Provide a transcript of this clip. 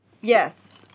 Yes